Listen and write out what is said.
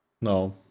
No